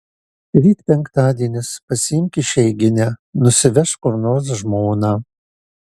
ryt penktadienis pasiimk išeiginę nusivežk kur nors žmoną